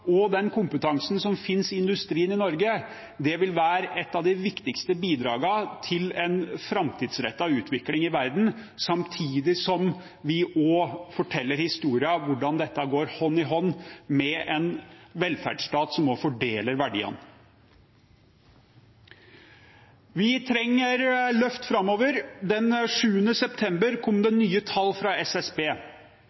og den kompetansen som finnes i industrien i Norge, vil være et av de viktigste bidragene til en framtidsrettet utvikling i verden, samtidig som vi forteller historien om hvordan dette går hånd i hånd med en velferdsstat som også fordeler verdiene. Vi trenger løft framover. Den 7. september kom det